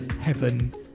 Heaven